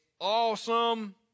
awesome